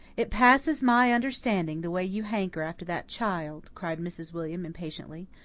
it passes my understanding, the way you hanker after that child, cried mrs. william impatiently.